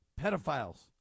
pedophiles